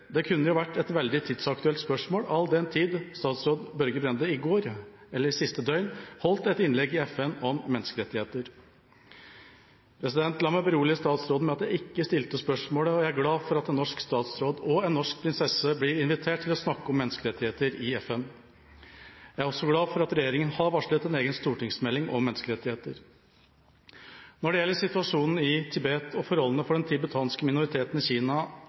Det kunne vært et veldig tidsaktuelt spørsmål all den tid statsråd Børge Brende i går, eller siste døgn, holdt et innlegg i FN om menneskerettigheter. La meg berolige statsråden med at jeg ikke stilte spørsmålet, og jeg er glad for at en norsk statsråd og en norsk prinsesse blir invitert til å snakke om menneskerettigheter i FN. Jeg er også glad for at regjeringa har varslet en egen stortingsmelding om menneskerettigheter. Når det gjelder situasjonen i Tibet og forholdene for den tibetanske minoriteten i Kina,